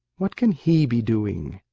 what can he be doing?